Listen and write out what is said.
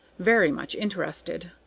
very much interested.